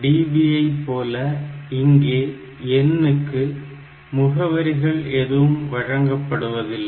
DB ஐ போல இங்கே N க்கு முகவரிகள் எதுவும் வழங்கப்படுவதில்லை